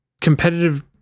competitive